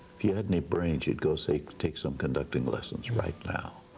if you had any brains you'd go take take some conducting lessons right now.